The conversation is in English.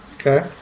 Okay